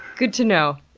good to know.